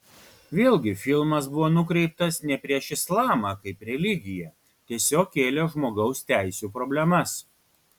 vėlgi filmas buvo nukreiptas ne prieš islamą kaip religiją tiesiog kėlė žmogaus teisių problemas